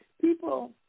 people